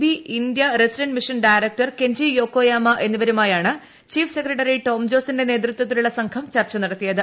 B India resident mission director Kenji Yokoyama എന്നിവരുമായാണ് chief secretary Tom ജോസിന്റെ നേതൃത്വത്തിലുള്ള സംഘം ചർച്ച നടത്തിയത്